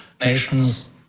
nations